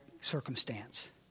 circumstance